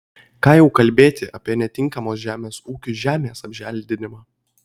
ką jau kalbėti apie netinkamos žemės ūkiui žemės apželdinimą